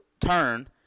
turn